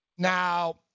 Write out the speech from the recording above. Now